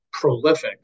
prolific